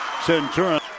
Centurion